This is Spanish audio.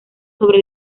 sobre